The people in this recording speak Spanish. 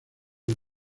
del